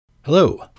hello